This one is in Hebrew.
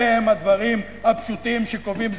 אלה הם הדברים הפשוטים שקובעים.